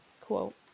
quote